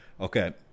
Okay